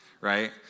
right